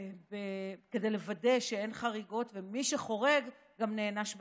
כדי לוודא שאין חריגות, שמי שחורג גם נענש בהתאמה.